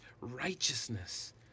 righteousness